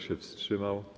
się wstrzymał?